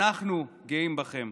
אנחנו גאים בכם.